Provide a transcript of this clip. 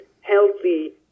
healthy